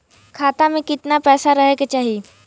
खाता में कितना पैसा रहे के चाही?